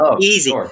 easy